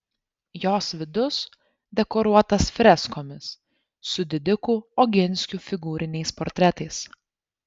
jos vidus dekoruotas freskomis su didikų oginskių figūriniais portretais